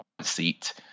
seat